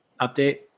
update